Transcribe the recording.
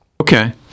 Okay